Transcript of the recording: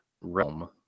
realm